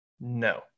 No